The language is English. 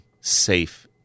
safe